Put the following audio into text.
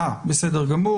ואני בטוח שחבריי כאן מצטרפים,